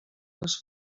les